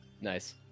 Nice